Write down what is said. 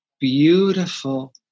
beautiful